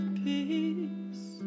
peace